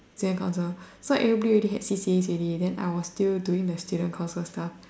student council so everybody already had C_C_As already then I was still doing student council stuff